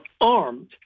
armed